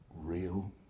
real